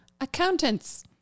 Accountants